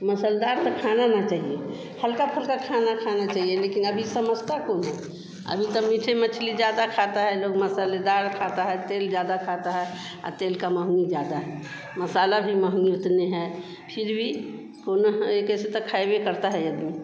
मसालेदार तो खाना ना चाहिए हल्का फुल्का खाना खाना चाहिए लेकिन अभी समझता कौन है अभी सब मीठे मछली ज़्यादा खाते हैं लोग मसालेदार खाते हैं तेल ज़्यादा खाते हैं तेल की महँगा ज़्यादा है मसाला भी महँगा उतने हैं फिर भी कौनोह ए कैसे ता खइबे करता है अदमी